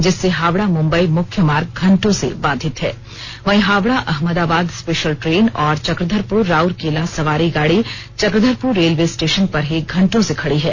जिससे हावड़ा मुम्बई मुख्य मार्ग घंटों से बाधित है वहीं हावड़ा अहमदाबाद स्पेशल ट्रेन और चक्रघरपुर राऊरकेला सवारी गाड़ी चक्रघरपुर रेलवे स्टेशन पर ही घंटों से खड़ी है